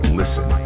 listen